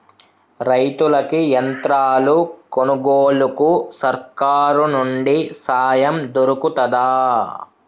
రైతులకి యంత్రాలు కొనుగోలుకు సర్కారు నుండి సాయం దొరుకుతదా?